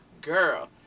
Girl